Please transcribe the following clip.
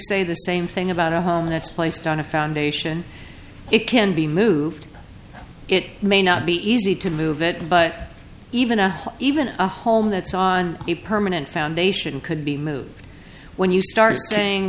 say the same thing about a home that's placed on a foundation it can be moved it may not be easy to move it but even at even a home that's on a permanent foundation could be moved when you start saying